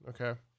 Okay